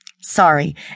sorry